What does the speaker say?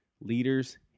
leaders